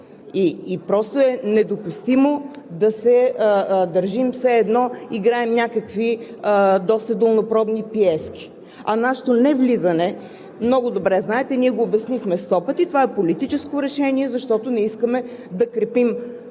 и просто е недопустимо да се държим все едно играем някакви доста долнопробни пиески. А нашето невлизане – много добре знаете, ние го обяснихме 100 пъти, това е политическо решение, защото не искаме да крепим кворума